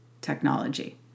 technology